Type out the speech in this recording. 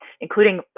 including